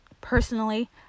Personally